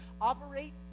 operate